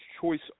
choice